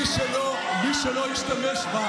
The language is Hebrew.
שילמדו תורה,